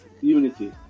unity